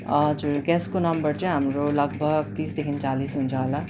हजुर गेस्टको नम्बर चाहिँ हाम्रो लगभग तिसदेखि चालिस हुन्छ होला